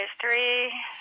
three